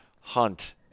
hunt